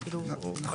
נכון.